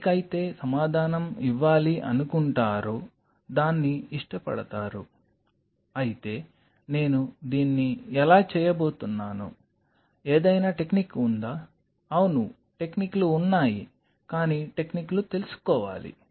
దేనికైతే సమాధానం ఇవ్వాలి అనుకుంటారో దాన్ని ఇష్టపడతారు అయితే నేను దీన్ని ఎలా చేయబోతున్నాను ఏదైనా టెక్నిక్ ఉందా అవును టెక్నిక్లు ఉన్నాయి కానీ టెక్నిక్లు తెలుసుకోవాలి